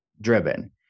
driven